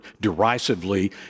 derisively